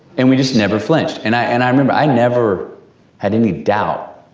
and, we just never flinched. and i and i remember i never had any doubt,